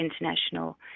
international